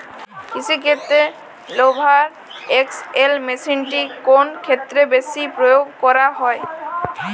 কৃষিক্ষেত্রে Hoover X L মেশিনটি কোন ক্ষেত্রে বেশি প্রয়োগ করা হয়?